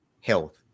Health